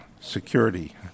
security